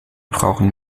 brauchen